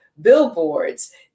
Billboards